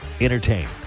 Entertain